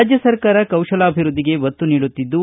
ರಾಜ್ಯ ಸರ್ಕಾರ ಕೌಶಲಾಭಿವೃದ್ಲಿಗೆ ಒತ್ತು ನೀಡುತ್ತಿದ್ದು